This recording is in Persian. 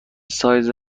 سایز